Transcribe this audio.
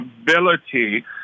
ability